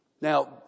Now